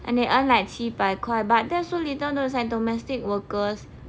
and they earn like 七百块 but that's so little eh like domestic workers